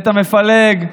את המפלג.